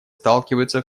сталкиваются